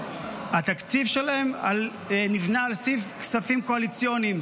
--- התקציב שלהם נבנה על סעיף כספים קואליציוניים.